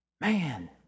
man